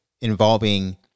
involving